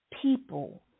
people